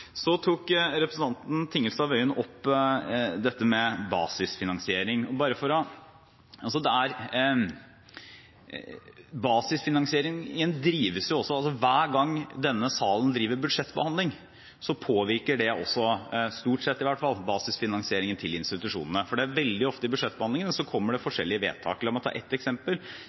Så tok representanten Tingelstad Wøien opp dette med basisfinansiering. Hver gang denne salen driver budsjettbehandling, påvirker det, stort sett i hvert fall, basisfinansieringen til institusjonene, for veldig ofte i budsjettbehandlingene kommer det